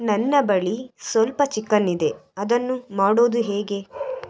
ನನ್ನ ಬಳಿ ಸ್ವಲ್ಪ ಚಿಕನ್ ಇದೆ ಅದನ್ನು ಮಾಡೋದು ಹೇಗೆ